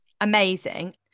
Amazing